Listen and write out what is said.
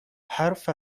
حرف